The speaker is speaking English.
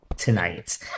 tonight